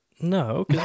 No